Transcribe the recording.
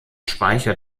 speicher